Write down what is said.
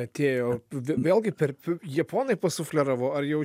atėjo vėlgi verpiu japonai pasufleravo ar jau